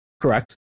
Correct